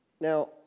Now